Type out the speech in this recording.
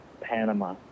Panama